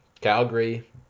Calgary